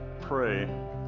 pray